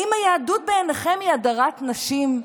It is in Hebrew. האם היהדות בעיניכם היא הדרת נשים?